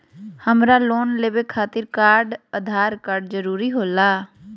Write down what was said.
हमरा लोन लेवे खातिर आधार कार्ड जरूरी होला?